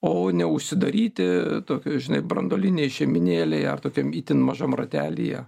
o neužsidaryti tokio žinai branduolinei šeimynėlei ar tokiam itin mažam ratelyje